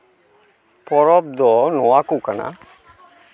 ᱯᱚᱨᱚᱵᱽ ᱫᱚ ᱱᱚᱣᱟ ᱠᱚ ᱠᱟᱱᱟ